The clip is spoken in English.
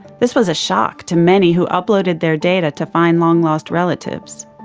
this was a shock to many who uploaded their data to find long-lost relatives.